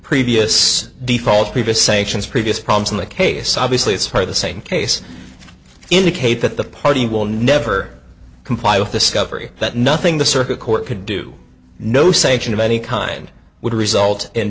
previous sanctions previous problems in the case obviously it's for the same case indicate that the party will never comply with discovery that nothing the circuit court could do no sanction of any kind would result in